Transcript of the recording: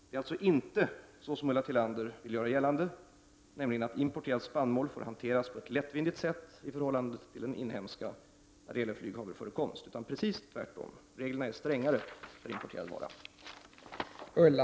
Det är alltså inte så som Ulla Tillander vill göra gällande, nämligen att importerad spannmål får hanteras på ett lättvindigt sätt i förhållande till den inhemska när det gäller flyghavreförekomst, utan precis tvärtom. Reglerna är strängare för importerad vara.